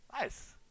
Nice